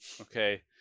Okay